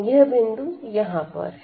यह बिंदु यहां पर है